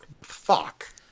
fuck